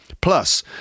Plus